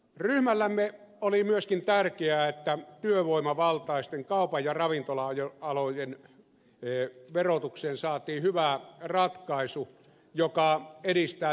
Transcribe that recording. ryhmällemme oli myöskin tärkeää että työvoimavaltaisten kaupan alan ja ravintola alan verotukseen saatiin hyvä ratkaisu joka edistää työllisyyttä